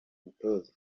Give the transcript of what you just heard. mutoza